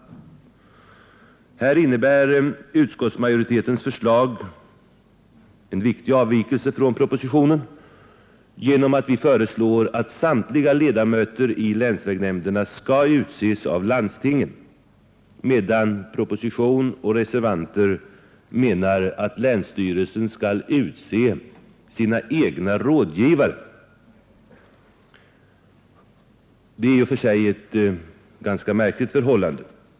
I det avseendet innebär utskottsmajoritetens förslag en viktig avvikelse från propositionen; vi föreslår att samtliga ledamöter i länsvägnämnderna skall utses av landstinget, medan propositionen och reservanter menar att länsstyrelsen skall utse sina egna rådgivare — ett i och för sig ganska märkligt förhållande.